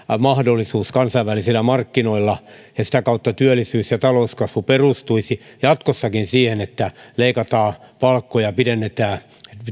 mahdollisuus kansainvälisillä markkinoilla ja sitä kautta työllisyys ja talouskasvu perustuisivat jatkossakin siihen että leikataan palkkoja pidennetään